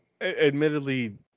admittedly